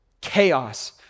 chaos